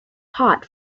hot